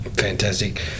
Fantastic